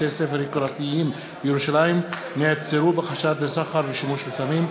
בתי-ספר יוקרתיים בירושלים נעצרו בחשד לסחר ושימוש בסמים,